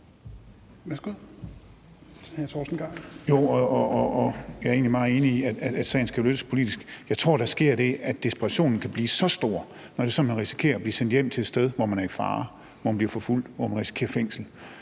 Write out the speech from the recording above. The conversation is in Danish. egentlig meget enig i, at sagen skal løses politisk. Jeg tror, der sker det, at desperationen kan blive meget stor, når man risikerer at blive sendt hjem til et sted, hvor man er i fare, hvor man bliver forfulgt, hvor man risikerer fængsel,